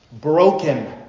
broken